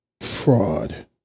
fraud